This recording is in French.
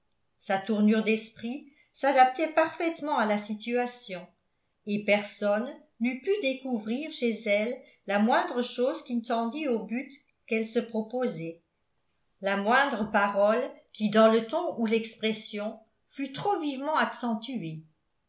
sa tournure d'esprit s'adaptait parfaitement à la situation et personne n'eût pu découvrir chez elle la moindre chose qui ne tendît au but qu'elle se proposait la moindre parole qui dans le ton ou l'expression fût trop vivement accentuée